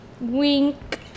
Wink